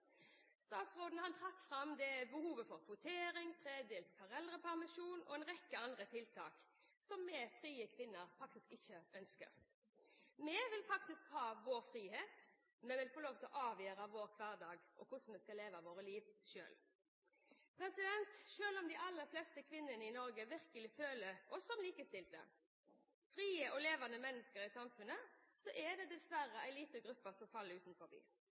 Statsråden trakk fram behovet for kvotering, tredelt foreldrepermisjon og en rekke andre tiltak, som vi frie kvinner faktisk ikke ønsker. Vi vil faktisk ha vår frihet, vi vil få lov til å avgjøre vår hverdag og hvordan vi skal leve våre liv, selv. Selv om de aller fleste kvinnene i Norge virkelig føler seg som likestilte, frie og levende mennesker i samfunnet, er det dessverre en liten gruppe som faller utenfor.